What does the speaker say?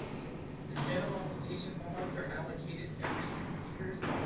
the the general obligation bonds are allocated every two years.